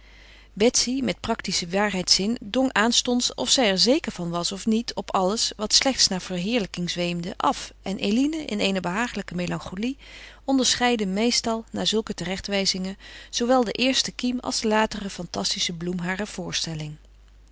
betsy met practischen waarheidszin dong aanstonds of zij er zeker van was of niet op alles wat slechts naar verheerlijking zweemde af en eline in eene behagelijke melancholie onderscheidde meestal na zulke terechtwijzingen zoowel de eerste kiem als de latere fantastische bloem harer voorstelling